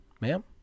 Ma'am